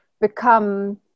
become